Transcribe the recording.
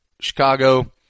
Chicago